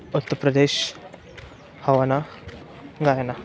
उत्तर प्रदेश हवाना गायना